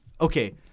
Okay